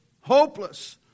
Hopeless